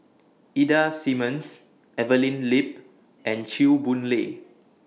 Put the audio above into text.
Ida Simmons Evelyn Lip and Chew Boon Lay